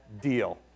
deal